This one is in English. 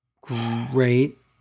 Great